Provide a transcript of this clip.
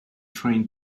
train